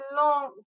long